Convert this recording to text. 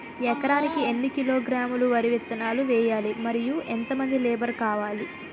ఎకరానికి ఎన్ని కిలోగ్రాములు వరి విత్తనాలు వేయాలి? మరియు ఎంత మంది లేబర్ కావాలి?